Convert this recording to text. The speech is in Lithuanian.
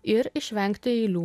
ir išvengti eilių